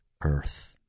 earth